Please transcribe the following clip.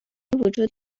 وجود